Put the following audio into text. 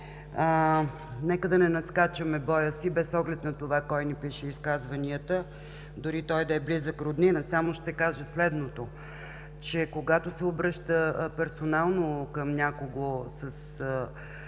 нека да не надскачаме боя си, без оглед на това кой ни пише изказванията, дори той да е близък роднина. Само ще кажа следното: когато се обръща персонално към някого с